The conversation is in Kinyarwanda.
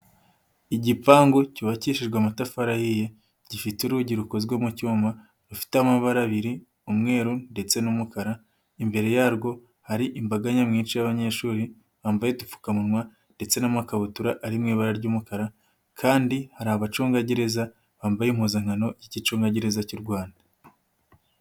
Igipangu cyubakishijwe amatafari ahiye, gifite urugi rukozwe mu cyuma, rufite amabara abiri umweru ndetse n'umukara, imbere yarwo hari imbaga nyamwinshi y'abanyeshuri bambaye udupfukamunwa ndetse n'amakabutura ari mu ibara ry'umukara, kandi hari abacungagereza bambaye impuzankano y'igicungagereza cy'u Rwanda.